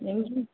நெஞ்சு